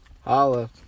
Holla